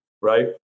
Right